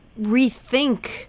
rethink